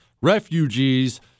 refugees